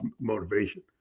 motivation